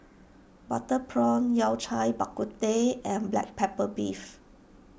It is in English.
Butter Prawn Yao Cai Bak Kut Teh and Black Pepper Beef